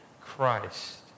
Christ